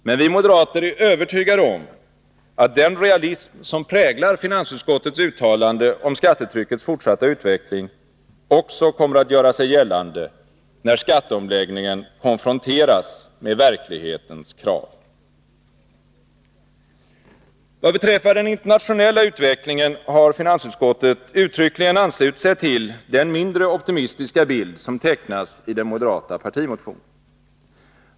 Men vi moderater är övertygade om att den realism som präglar finansutskottets uttalande om skattetryckets fortsatta utveckling också kommer att göra sig gällande när skatteomläggningen konfronteras med verklighetens krav. Vad beträffar den internationella utvecklingen har finansutskottet uttryckligen anslutit sig till den mindre optimistiska bild som tecknas i den moderata partimotionen.